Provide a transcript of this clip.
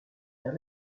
vers